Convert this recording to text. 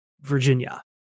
Virginia